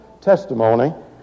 testimony